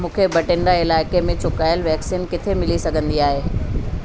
मूंखे भठिंडा इलाइक़े में चुकायल वैक्सीन किथे मिली सघंदी आहे